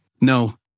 No